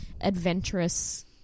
adventurous-